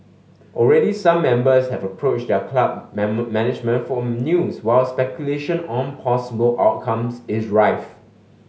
already some members have approached their club management for news while speculation on possible outcomes is rife